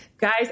Guys